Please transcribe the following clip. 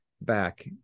back